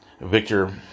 Victor